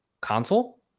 console